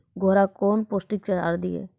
घोड़ा कौन पोस्टिक चारा दिए?